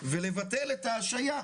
ולבטל את ההשעיה.